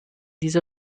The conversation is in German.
diese